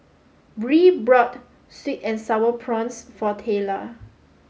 Bree bought sweet and sour prawns for Tayla